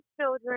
children